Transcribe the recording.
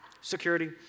Security